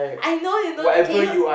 I know you know can you